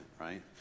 right